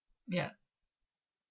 ya